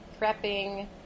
prepping